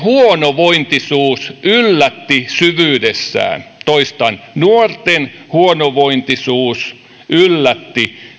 huonovointisuus yllätti syvyydessään toistan nuorten huonovointisuus yllätti